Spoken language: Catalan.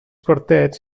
quartets